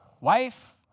wife